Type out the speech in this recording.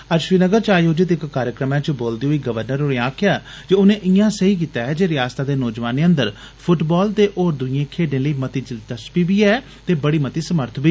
अज्ज श्रीनगर च आयोजित इक कार्यक्रम च बोलदे होई गवर्नर होरें आक्खेआ जे उनें इयां सेहई कीता ऐ जे रयासतै दे नौजवानें अंदर फुटबाल ते होरनें दुइए खेडे लेई मती दिलचस्पी बी ऐ ते बड़ी मती समर्थ बी